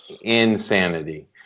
insanity